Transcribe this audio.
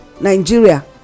nigeria